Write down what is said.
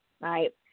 right